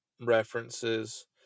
references